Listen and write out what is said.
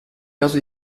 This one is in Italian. caso